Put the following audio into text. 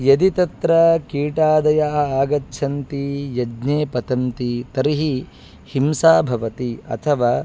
यदि तत्र कीटादया आगच्छन्ति यज्ञे पतन्ति तर्हि हिंसा भवति अथवा